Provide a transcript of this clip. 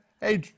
Hey